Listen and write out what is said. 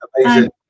Amazing